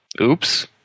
oops